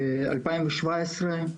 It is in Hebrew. ב-2017,